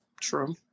true